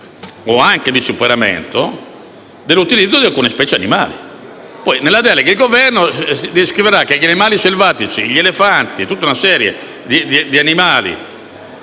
o anche di superamento dell'utilizzo di alcune specie animali. Il Governo, nella legge delega, scriverà che gli animali selvatici, gli elefanti e tutta una serie di animali